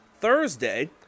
Thursday